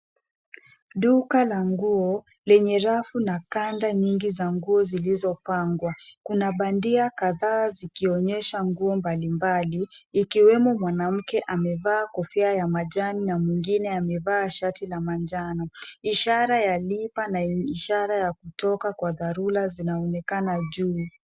Duka la nguo lenye rafu na kanda nyingi za nguo zilizopangwa. Kuna bandia kadhaa zikionyesha nguo mbalimbali ikiwemo mwanamke amevaa kofia ya majani na mwingine amevaa shati la manjano. Ishara ya lipa na ishara ya kutoka kwa dharura zinaonekana juu.